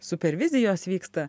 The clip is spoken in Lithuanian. supervizijos vyksta